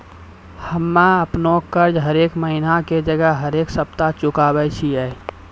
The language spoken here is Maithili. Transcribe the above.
हम्मे अपनो कर्जा हरेक महिना के जगह हरेक सप्ताह चुकाबै छियै